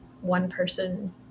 one-person